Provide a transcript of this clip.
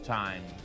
time